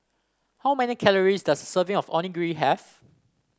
how many calories does a serving of Onigiri have